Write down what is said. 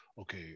okay